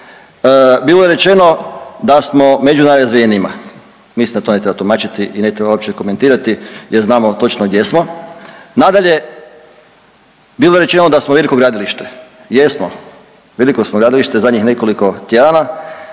bilo je rečeno da su među najrazvijenijima, mislim da to ne treba tumačiti i ne treba uopće komentirati jer znamo točno gdje smo. Nadalje, bilo je rečeno da smo veliko gradilište, jesno, veliko smo gradilište zadnjih nekoliko tjedana